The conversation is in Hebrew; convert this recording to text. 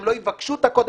הם לא יבקשו את הקוד,